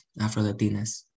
Afro-Latinas